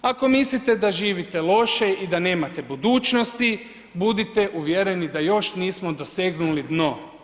Ako mislite da živite loše i da nemate budućnosti, budite uvjereni da još nismo dosegnuli dno.